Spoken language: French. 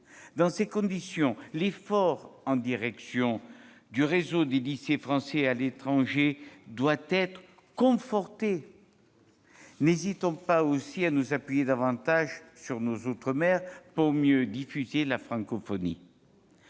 Dans ces conditions, l'effort en direction du réseau des lycées français à l'étranger doit être conforté. N'hésitons pas aussi à nous appuyer davantage sur nos outre-mer pour mieux diffuser la francophonie.